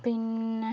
പിന്നെ